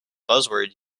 buzzword